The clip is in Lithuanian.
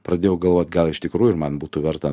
pradėjau galvot gal iš tikrųjų ir man būtų verta